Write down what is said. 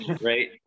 Right